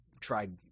tried